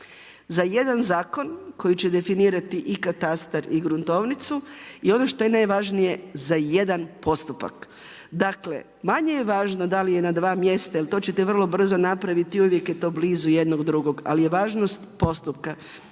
za jedna zakon koji će definirati i katastar i gruntovnicu i ono što je najvažnije, za jedan postupak. Dakle, manje je važno da li je na dva mjesta jer to ćete vrlo brzo napraviti i uvijek je to blizu jedno drugog, ali je važnost postupka da